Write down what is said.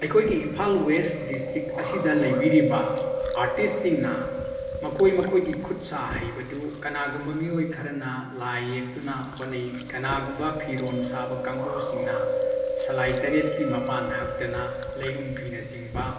ꯑꯩꯈꯣꯏꯒꯤ Imphal west district ꯑꯁꯤꯗ ꯂꯩꯕꯤꯔꯤꯕ ꯑꯥꯔꯇꯤꯁꯁꯤꯡꯅ ꯃꯈꯣꯏ ꯃꯈꯣꯏꯒꯤ ꯈꯨꯠ ꯁꯥ ꯍꯩꯕꯗꯨ ꯀꯅꯥꯒꯨꯝꯕ ꯃꯤꯑꯣꯏ ꯈꯔꯅ ꯂꯥꯏ ꯌꯦꯛꯇꯨꯅ ꯍꯣꯠꯅꯩ ꯀꯅꯥꯒꯨꯝꯕ ꯐꯤꯔꯣꯜ ꯁꯥꯕ ꯀꯥꯡꯕꯨꯁꯤꯡꯅ ꯁꯂꯥꯏ ꯇꯔꯦꯠꯀꯤ ꯃꯄꯥꯟ ꯍꯛꯇꯅ ꯂꯩꯔꯨꯝ ꯐꯤꯅꯆꯤꯡꯕ